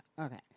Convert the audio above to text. Okay